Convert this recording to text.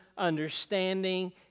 understanding